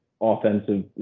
offensive